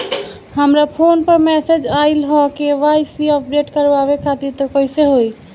हमरा फोन पर मैसेज आइलह के.वाइ.सी अपडेट करवावे खातिर त कइसे होई?